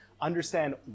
understand